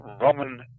Roman